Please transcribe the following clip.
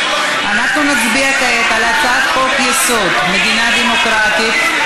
אנחנו נצביע כעת על הצעת חוק-יסוד: מדינה דמוקרטית,